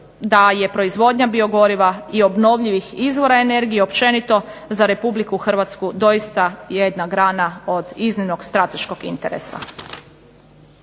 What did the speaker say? da je proizvodnja biogoriva i obnovljivih izvora energije općenito za Republiku Hrvatsku jedna grana od iznimnog strateškog interesa.